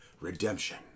Redemption